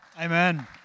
Amen